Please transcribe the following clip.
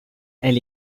elle